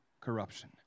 corruption